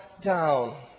down